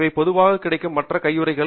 இவை பொதுவாக கிடைக்கும் மற்ற கையுறைகள்